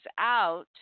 out